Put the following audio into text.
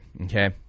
Okay